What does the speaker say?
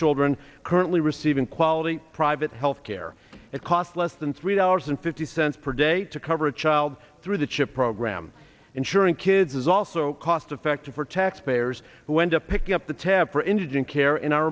children currently receiving quality private health care it costs less than three dollars and fifty cents per day to cover a child through the chip program insuring kids is also cost effective for taxpayers who end up picking up the tab for indigent care in our